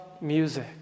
music